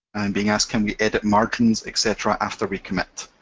i'm being asked, can we edit margins, etc. after we commit?